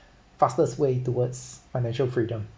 fastest way towards financial freedom